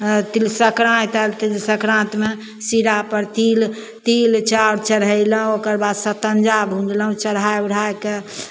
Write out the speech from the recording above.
तिल सँकराति आएल तिल सँकरातिमे सिरापर तिल तिल चाउर चढ़ेलहुँ ओकरबाद सतञ्जा भुजलहुँ चढ़ा उढ़ाके